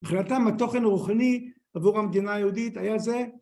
החלטה מה תוכן רוחני עבור המדינה היהודית היה זה